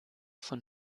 von